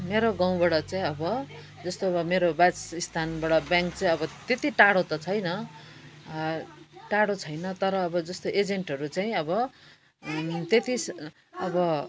मेरो गाउँबाट चाहिँ अब जस्तो अब मेरो बासस्थानबाट ब्याङ्क चाहिँ अब त्यति टाडो त छैन टाडो छैन तर अब जस्तै एजेन्टहरू चाहिँ अब त्यति अब